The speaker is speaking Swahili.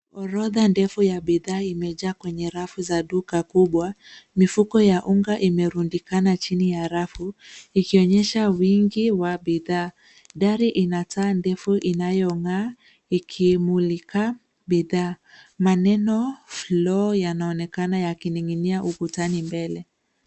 Orodha ndefu ya bidhaa imejaa kwenye rafu za duka kubwa. Mifuko ya unga imerundikana chini ya rafu, ikionyesha wingi wa bidhaa. Dari ina taa ndefu inayong'aa, ikimulika bidhaa. Maneno floor yanaonekana yakining'inia ukutani mbele.